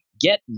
get